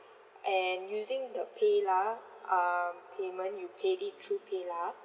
and using the PayLah um payment you paid it through PayLah